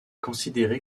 considérée